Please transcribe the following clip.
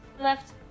left